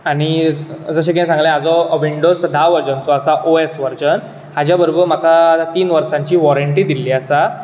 आनी जशे की हांवें सांगले हाजो विंडोज धा वर्जनचो आसा ओएस वर्जन हाज्या बरोबर म्हाका तीन वर्सांची वॉरेंटी दिल्ली आसा